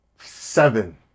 seven